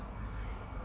!haiya!